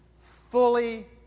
Fully